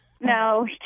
No